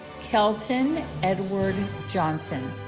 kelton edward johnson